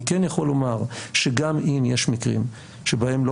אני כן יוכל לומר שגם אם יש מקרים שבהם לא